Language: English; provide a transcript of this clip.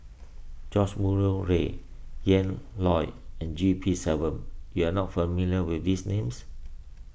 George Murray Reith Ian Loy and G P Selvam you are not familiar with these names